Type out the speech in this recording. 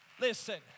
Listen